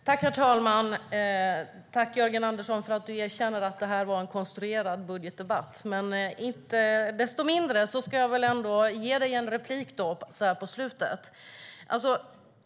Herr talman! Tack, Jörgen Andersson, för att du erkänner att det var en konstruerad budgetdebatt! Men inte desto mindre ska jag väl ge dig en replik så här på slutet.